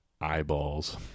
eyeballs